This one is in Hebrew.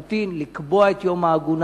לחלוטין: לקבוע את יום העגונה,